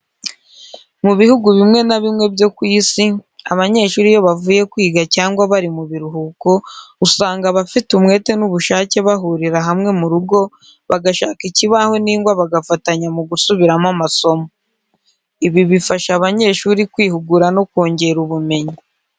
Mu bihugu bimwe na bimwe byo ku isi abanyeshuri iyo bavuye kwiga cyangwa bari mu biruhuko usanga abafite umwete n'ubushake bahurira hamwe mu rugo bagashaka ikibaho n'ingwa bagafatanya mu gusubiramo amasomo. Ibi bifasha abanyeshuri kwihugura no kongera ubumenyi.